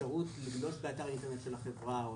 והאפשרות לגלוש באתר האינטרנט של החברה או